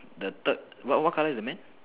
the third what what colour is the man